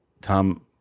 tom